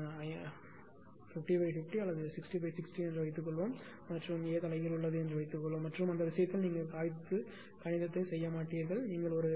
50 க்கு 50 அல்லது 60 க்கு 60 என்று வைத்துக்கொள்வோம் மற்றும் A தலைகீழ் உள்ளது என்று வைத்துக்கொள்வோம் மற்றும் அந்த விஷயத்தில் நீங்கள் காகிதத்தில் கணிதத்தை செய்ய மாட்டீர்கள் நீங்கள் ஒரு